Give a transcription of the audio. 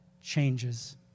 changes